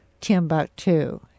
Timbuktu